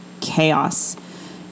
chaos